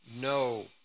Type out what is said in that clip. No